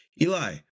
Eli